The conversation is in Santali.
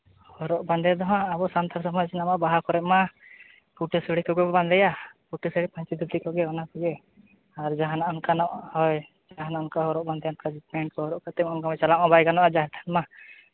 ᱦᱚᱨᱚᱜ ᱵᱟᱸᱫᱮ ᱫᱚ ᱦᱟᱸᱜ ᱟᱵᱚ ᱥᱟᱱᱛᱟᱲ ᱫᱚ ᱢᱚᱡᱽ ᱧᱮᱞᱚᱜᱼᱟ ᱵᱟᱦᱟ ᱠᱚᱨᱮ ᱢᱟ ᱯᱷᱩᱴᱟᱹ ᱥᱟᱹᱲᱤ ᱠᱚᱠᱚ ᱵᱟᱸᱫᱮᱭᱟ ᱯᱷᱩᱴᱟᱹ ᱥᱟᱹᱲᱤ ᱯᱟᱹᱧᱪᱤ ᱫᱷᱩᱛᱤ ᱠᱚᱜᱮ ᱚᱱᱟ ᱠᱚᱜᱮ ᱟᱨ ᱡᱟᱦᱟᱸᱱᱟᱜ ᱚᱱᱠᱟᱱᱟᱜ ᱦᱳᱭ ᱡᱟᱦᱟᱸᱱᱟᱜ ᱚᱱᱠᱟ ᱦᱚᱨᱚᱜ ᱵᱟᱸᱫᱮ ᱚᱱᱠᱟ ᱯᱮᱱ ᱠᱚ ᱦᱚᱨᱚᱜ ᱠᱟᱛᱮ ᱪᱟᱞᱟᱜ ᱢᱟ ᱵᱟᱭ ᱜᱟᱱᱚᱜᱼᱟ ᱡᱟᱦᱮᱨ ᱛᱷᱟᱱ ᱢᱟ